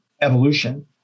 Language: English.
evolution